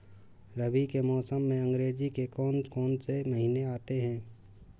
रबी के मौसम में अंग्रेज़ी के कौन कौनसे महीने आते हैं?